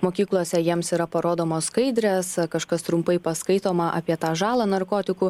mokyklose jiems yra parodomos skaidrės kažkas trumpai paskaitoma apie tą žalą narkotikų